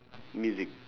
music